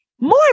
More